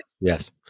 yes